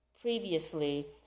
previously